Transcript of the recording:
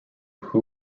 who